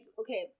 okay